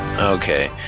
Okay